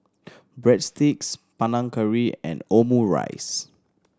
Breadsticks Panang Curry and Omurice